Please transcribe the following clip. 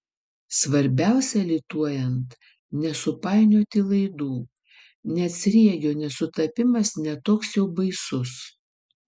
svarbiausia lituojant nesupainioti laidų net sriegio nesutapimas ne toks jau baisus